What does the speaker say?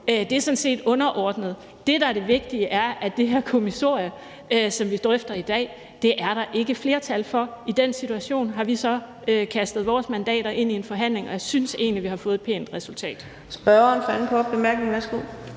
er sådan set underordnet. Det, der er det vigtige, er, at det kommissorie, som vi drøfter i dag, er der ikke flertal for. I den situation har vi så kastet vores mandater ind i en forhandling, og jeg synes egentlig, vi har fået et pænt resultat.